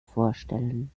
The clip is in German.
vorstellen